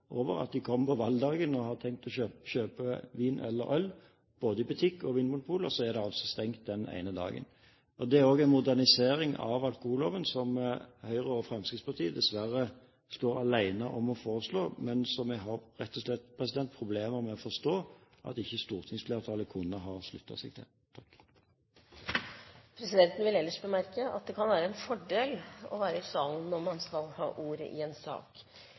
over – man kommer på valgdagen og har tenkt å kjøpe vin eller øl, i butikk eller på Vinmonopolet, og så er det stengt den ene dagen. Det er en modernisering av alkoholloven som Høyre og Fremskrittspartiet dessverre står alene om å foreslå. Vi har rett og slett problemer med å forstå at ikke stortingsflertallet kunne ha sluttet seg til det. Presidenten vil ellers bemerke at det kan være en fordel å være i salen når man skal ha ordet i en sak.